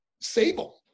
Sable